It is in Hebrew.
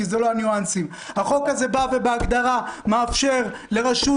החוק הזה בא ובהגדרה מאפשר לרשות,